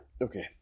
Okay